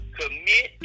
commit